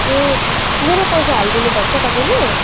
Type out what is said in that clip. ए मेरो पैसा हालिदिनु भएको छ तपाईँले